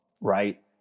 right